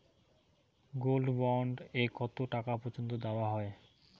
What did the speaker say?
Gold bond এ কতো টাকা পর্যন্ত দেওয়া হয়?